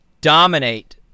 dominate